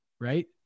Right